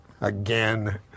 Again